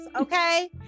okay